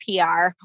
PR